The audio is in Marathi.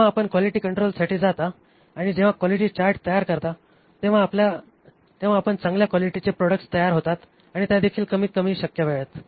जेव्हा आपण क्वालिटी कंट्रोलसाठी जाता आणि जेव्हा क्वालिटी चार्ट तयार करता तेव्हा आपण चांगल्या क्वालिटीचे प्रॉडक्ट्स तयार होतात त्यादेखील कमीतकमी शक्य वेळेत